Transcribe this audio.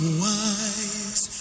wise